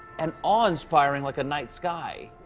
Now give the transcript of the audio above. and awe-inspiring like a night sky.